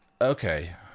okay